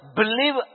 believe